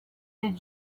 did